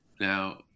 Now